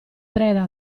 preda